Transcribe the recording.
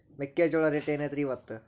ಮೆಕ್ಕಿಜೋಳ ರೇಟ್ ಏನ್ ಐತ್ರೇ ಇಪ್ಪತ್ತು?